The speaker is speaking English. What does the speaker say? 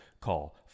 Call